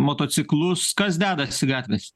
motociklus kas dedasi gatvėse